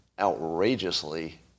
outrageously